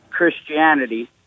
Christianity